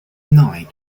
nine